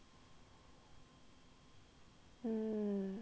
hmm